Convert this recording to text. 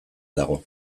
dago